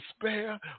despair